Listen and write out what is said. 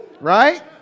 Right